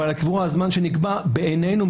אבל קבוע הזמן שנקבע בעינינו,